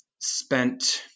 spent